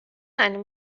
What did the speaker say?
einem